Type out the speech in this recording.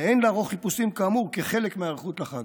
ואין לערוך חיפושים כאמור כחלק מההיערכות לחג.